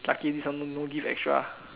lucky this one no no give extra